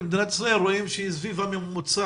מדינת ישראל רואים שהיא סביב הממוצע.